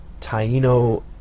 Taino